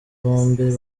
bombi